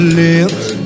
lips